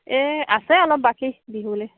এই আছে অলপ বাকী বিহু বুলি